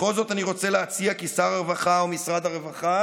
בכל זאת אני רוצה להציע כי שר הרווחה ומשרד הרווחה